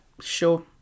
sure